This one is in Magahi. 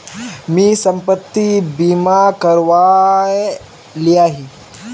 मी संपत्ति बीमा करवाए लियाही